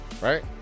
right